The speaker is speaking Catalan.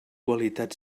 qualitat